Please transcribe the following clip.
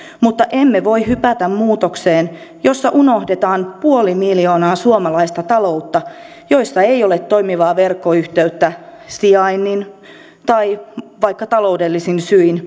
mutta emme voi hypätä muutokseen jossa unohdetaan puoli miljoonaa suomalaista taloutta joissa ei ole toimivaa verkkoyhteyttä sijainnin tai vaikka taloudellisten syiden